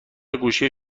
گوشی